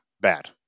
bad